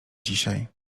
dzisiaj